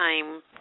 time